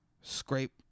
scrape